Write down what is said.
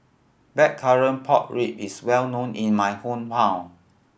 Blackcurrant Pork Ribs is well known in my hometown